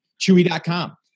Chewy.com